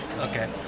Okay